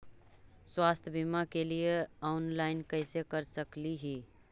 स्वास्थ्य बीमा के लिए ऑनलाइन कैसे कर सकली ही?